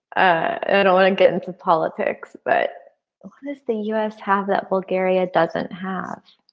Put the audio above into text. i don't want to get into politics. but this, the us have that bulgaria doesn't have.